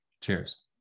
Cheers